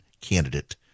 candidate